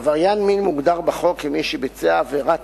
עבריין מין מוגדר בחוק כמי שביצע עבירת